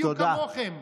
בדיוק כמוכם,